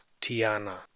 Tiana